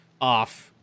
off